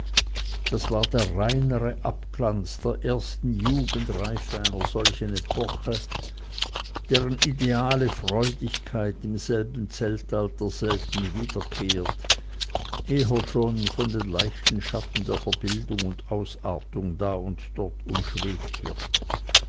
das war der reinere abglanz der ersten jugendreife einer solchen epoche deren ideale freudigkeit im selben zeitalter selten wiederkehrt eher schon von den leichten schatten der verbildung und ausartung da und dort umschwebt wird